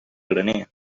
graner